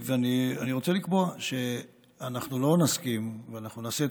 אני רוצה לקבוע שאנחנו לא נסכים ואנחנו נעשה את